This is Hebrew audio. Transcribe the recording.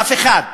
אף אחד.